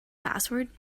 password